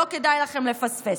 שלא כדאי לכם לפספס.